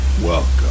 Welcome